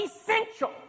essential